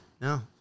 No